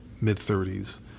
mid-30s